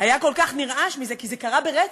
היה כל כך נרעש מזה, כי זה קרה ברצף,